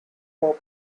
for